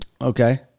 Okay